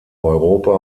europa